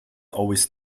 always